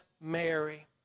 Mary